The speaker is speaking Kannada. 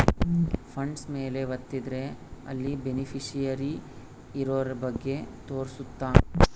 ಫಂಡ್ಸ್ ಮೇಲೆ ವತ್ತಿದ್ರೆ ಅಲ್ಲಿ ಬೆನಿಫಿಶಿಯರಿ ಇರೋರ ಬಗ್ಗೆ ತೋರ್ಸುತ್ತ